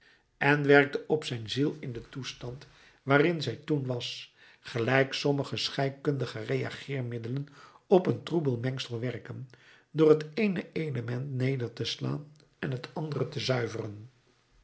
en werkte op zijn ziel in den toestand waarin zij toen was gelijk sommige scheikundige reageermiddelen op een troebel mengsel werken door het eene element neder te slaan en het andere te zuiveren